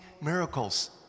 miracles